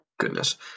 goodness